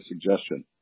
suggestion